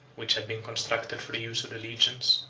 which had been constructed for the use of the legions,